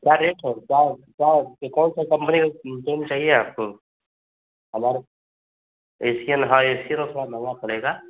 क्या रेट है और क्या क्या या कौन सी कम्पनी का पेन्ट चाहिए आपको हमारे एशियन हाँ एशियन का थोड़ा महँगा पड़ेगा